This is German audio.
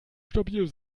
stabil